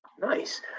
nice